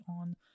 on